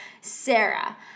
Sarah